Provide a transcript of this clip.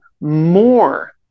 more